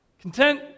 Content